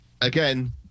again